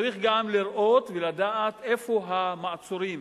צריך גם לראות ולדעת איפה המעצורים.